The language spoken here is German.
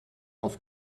auf